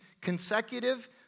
consecutive